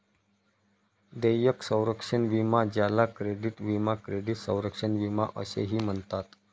देयक संरक्षण विमा ज्याला क्रेडिट विमा क्रेडिट संरक्षण विमा असेही म्हणतात